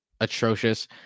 atrocious